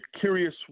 curious